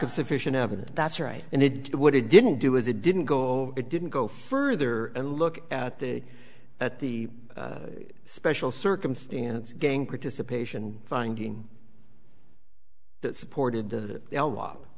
of sufficient evidence that's right and it would it didn't do with it didn't go it didn't go further and look at the at the special circumstance again participation finding that supported the l w